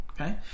okay